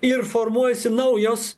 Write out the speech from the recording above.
ir formuojasi naujos